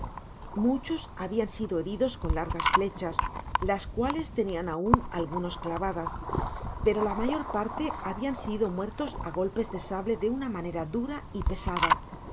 muchos habian sido heridos con largas flechas las cuales tenian aun algunos clavadas pero la mayor parte habian sido muertos á gol pes de sable de una madera dura y pésada